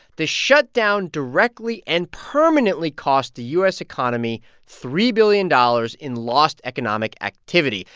the shutdown directly and permanently cost the u s. economy three billion dollars in lost economic activity.